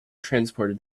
transported